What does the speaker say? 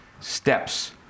steps